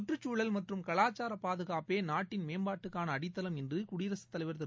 கற்றுச்சூழல் மற்றும் கவாச்சார பாதுகாப்பே நாட்டின் மேம்பாட்டுக்கான அடித்தளம் என்று குடியரசுத் தலைவர் திரு